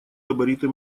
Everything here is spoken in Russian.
габариты